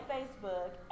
Facebook